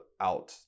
out